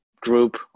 group